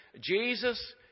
Jesus